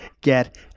get